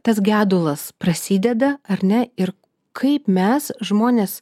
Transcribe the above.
tas gedulas prasideda ar ne ir kaip mes žmonės